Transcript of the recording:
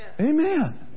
Amen